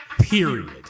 Period